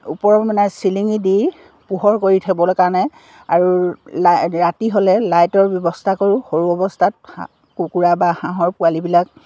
ওপৰ মানে চিলিঙি দি পোহৰ কৰি থ'বলৈ কাৰণে আৰু ল ৰাতি হ'লে লাইটৰ ব্যৱস্থা কৰোঁ সৰু অৱস্থাত কুকুৰা বা হাঁহৰ পোৱালিবিলাক